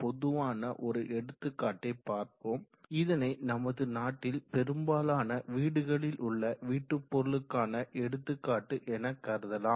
பொதுவான ஒரு எடுத்துக்காட்டை பார்ப்போம் இதனை நமது நாட்டில் பெரும்பாலான வீடுகளில் உள்ள வீட்டுபொருளுக்கான எடுத்துக்காட்டு என கருதலாம்